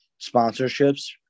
sponsorships